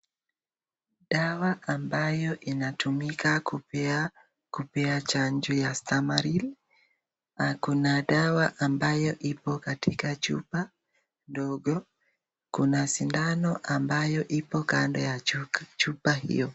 Dawa ambayo inatumika kupea kupea chanjo ya Stamaril na kuna dawa ambayo ipo katika chupa ndogo . Kuna sindano ambayo ipo kando ya chupa hiyo.